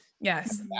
Yes